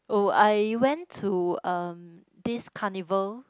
oh I went to um this carnival